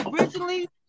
originally